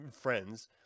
Friends